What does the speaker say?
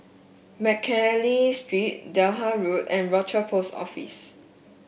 McNally Street Delta Road and Rochor Post Office